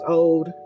old